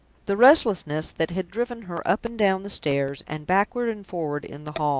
the restlessness that had driven her up and down the stairs, and backward and forward in the hall,